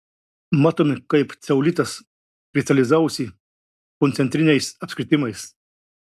matome kaip ceolitas kristalizavosi koncentriniais apskritimais